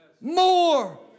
more